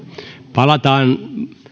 palataan